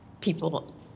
people